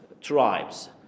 tribes